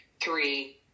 three